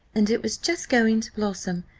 and it was just going to blossom,